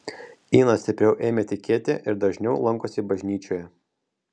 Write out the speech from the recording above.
ina stipriau ėmė tikėti ir dažniau lankosi bažnyčioje